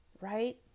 Right